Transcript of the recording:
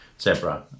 zebra